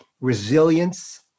resilience